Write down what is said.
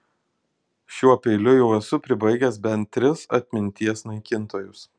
šiuo peiliu jau esu pribaigęs bent tris atminties naikintojus